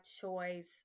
choice